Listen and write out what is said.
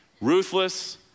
ruthless